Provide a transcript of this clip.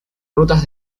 rutas